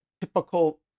typical